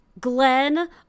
glenn